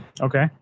Okay